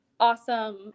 Awesome